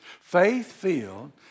Faith-filled